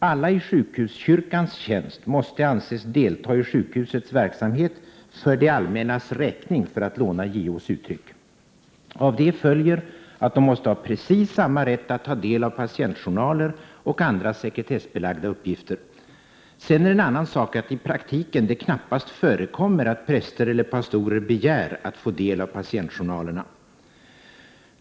Alla i ”sjukhuskyrkans” tjänst måste anses delta i sjukhusets verksamhet för det allmännas räkning, för att låna JO:s uttryck. Av det följer att de måste ha precis samma rätt att ta del av patientjournaler och andra sekretessbelagda uppgifter. Sedan är det en annan sak att det i praktiken knappast förekommer att präster eller pastorer begär att få del av patientjournalerna.